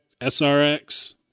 SRX